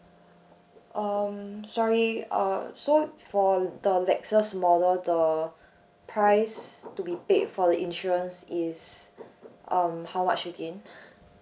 um sorry uh so for the lexus model the price to be paid for the insurance is um how much again